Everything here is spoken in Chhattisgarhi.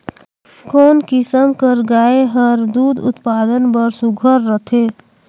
कोन किसम कर गाय हर दूध उत्पादन बर सुघ्घर रथे?